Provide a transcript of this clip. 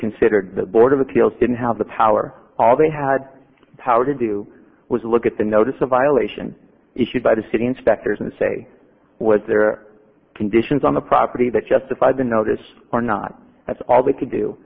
considered the board of appeals didn't have the power all they had the power to do was look at the notice a violation issued by the state inspectors and say was there conditions on the property that justified the notice or not that's all they could do